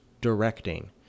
directing